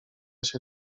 się